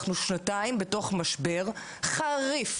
אנחנו שנתיים בתוך משבר חריף.